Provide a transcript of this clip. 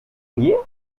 riez